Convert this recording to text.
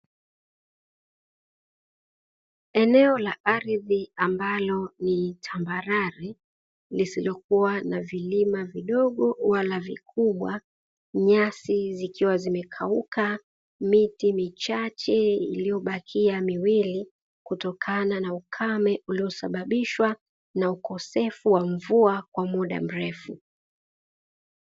Eneo la ardhi ambalo ni tambarare, lisilokuwa na vilima vidogo wala vikubwa, nyasi zikiwa zimekauka, miti michache, iliyobakia miwili kutokana na ukame uliosababishwa na ukosefu wa mvua kwa muda mrefu.